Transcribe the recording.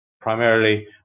primarily